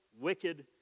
wicked